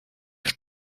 your